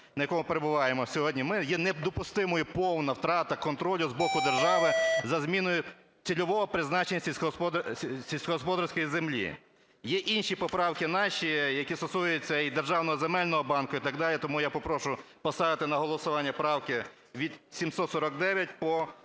на якому перебуваємо сьогодні ми, є недопустимою повна втрата контролю з боку держави за зміною цільового призначення сільськогосподарської землі. Є й інші поправки наші, які стосуються і Державного земельного банку і так далі, і тому я попрошу поставити на голосування правки від 749 по